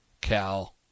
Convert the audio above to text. Cal